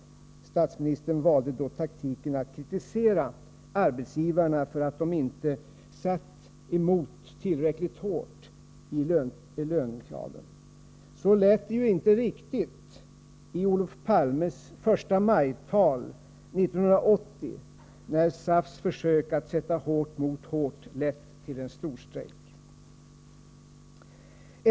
27 Statsministern valde då taktiken att kritisera arbetsgivarna för att de inte satt emot tillräckligt hårt i lönekraven. Så lät det inte riktigt i Olof Palmes förstamajtal 1980, när SAF:s försök att sätta hårt mot hårt lett till en storstrejk.